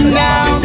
now